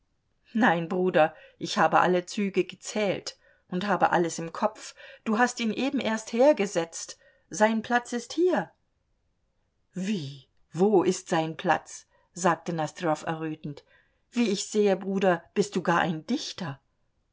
nein bruder ich habe alle züge gezählt und habe alles im kopf du hast ihn eben erst hergesetzt sein platz ist hier wie wo ist sein platz sagte nosdrjow errötend wie ich sehe bruder bist du gar ein dichter